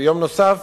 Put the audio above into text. ויום נוסף